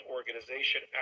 Organization